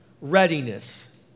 readiness